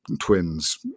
Twins